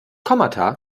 kommata